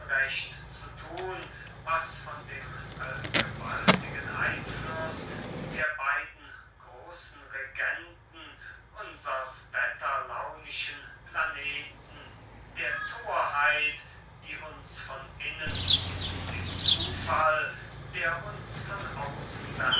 unrecht zu thun was von dem allgewaltigen einfluß der beiden großen regenten unsers wetterlaunischen planeten der thorheit die uns von innen und dem zufall der uns von außen